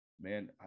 man